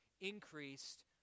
increased